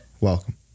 Welcome